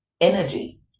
energy